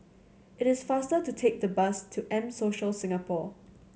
it is faster to take the bus to M Social Singapore